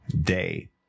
day